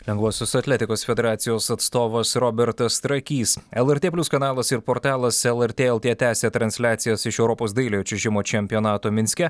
lengvosios atletikos federacijos atstovas robertas trakys lrt plius kanalas ir portalas lrt lt tęsia transliacijas iš europos dailiojo čiuožimo čempionato minske